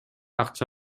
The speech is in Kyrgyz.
акча